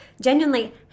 genuinely